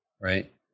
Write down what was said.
right